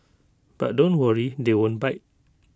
but don't worry they won't bite